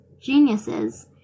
geniuses